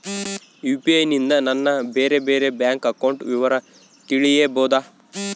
UPI ನಿಂದ ನನ್ನ ಬೇರೆ ಬೇರೆ ಬ್ಯಾಂಕ್ ಅಕೌಂಟ್ ವಿವರ ತಿಳೇಬೋದ?